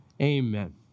amen